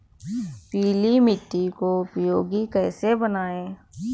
पीली मिट्टी को उपयोगी कैसे बनाएँ?